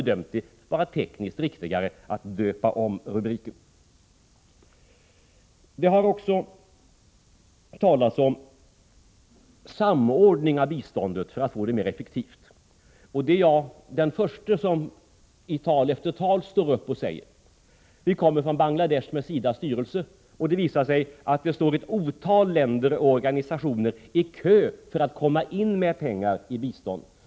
Det har också talats om samordning av biståndet för att få det mer effektivt. Och det är jag den förste att i tal efter tal stå upp och säga. Vi kommer från Bangladesh med SIDA:s styrelse. Det visar sig att det står ett otal länder och organisationer i kö för att komma in med pengar i bistånd.